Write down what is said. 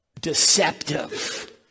deceptive